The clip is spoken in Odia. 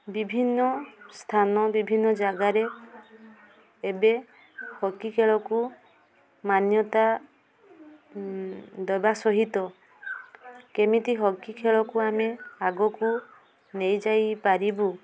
ବିଭିନ୍ନ ସ୍ଥାନ ବିଭିନ୍ନ ଜାଗାରେ ଏବେ ହକି ଖେଳକୁ ମାନ୍ୟତା ଦେବା ସହିତ କେମିତି ହକି ଖେଳକୁ ଆମେ ଆଗକୁ ନେଇ ଯାଇପାରିବୁ